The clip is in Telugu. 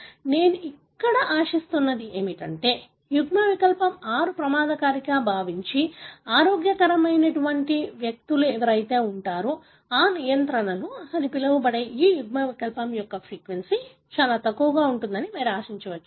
నేను ఇక్కడ ఆశిస్తున్నది ఏమిటంటే యుగ్మవికల్పం 6 ప్రమాద కారకంగా భావించి ఆరోగ్యకరమైన వ్యక్తులైన నియంత్రణలు అని పిలవబడే ఈ యుగ్మవికల్పం యొక్క ఫ్రీక్వెన్సీ చాలా తక్కువగా ఉంటుందని మీరు ఆశించవచ్చు